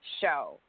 show